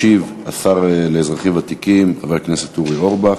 ישיב השר לאזרחים ותיקים, חבר הכנסת אורי אורבך,